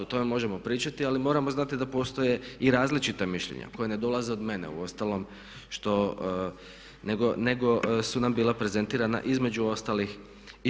O tome možemo pričati ali moramo znati da postoje i različita mišljenja koja ne dolaze od mene, uostalom nego su nam bila prezentirana između ostalih i to.